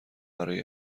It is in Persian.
برای